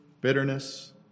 bitterness